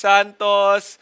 Santos